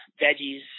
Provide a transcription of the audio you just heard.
veggies